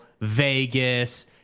Vegas